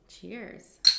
Cheers